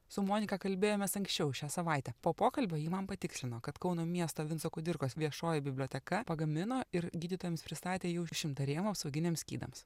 su monika kalbėjomės anksčiau šią savaitę po pokalbio ji man patikslino kad kauno miesto vinco kudirkos viešoji biblioteka pagamino ir gydytojams pristatė jau šimtą rėmų apsauginiams skydams